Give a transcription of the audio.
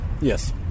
Yes